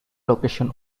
location